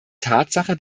tatsache